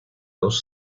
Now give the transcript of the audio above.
dos